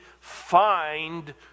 find